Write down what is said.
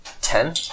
Ten